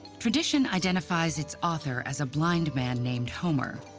tradition identifies its author as a blind man named homer.